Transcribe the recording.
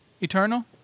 eternal